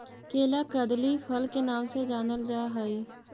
केला कदली फल के नाम से जानल जा हइ